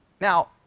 Now